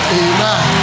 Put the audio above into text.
amen